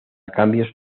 cambios